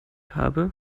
habe